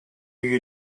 you